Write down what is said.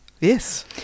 Yes